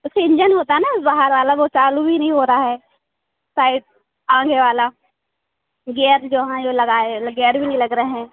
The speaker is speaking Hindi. उसके इंजन होता है ना बाहर वाला वह चालू ही नहीं हो रहा है साइट आगे वाला गेयर जहाँ यह लगाए गैर ल भी नहीं लग रहा है